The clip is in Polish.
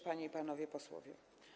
Panie i Panowie Posłowie!